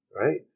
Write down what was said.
right